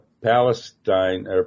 Palestine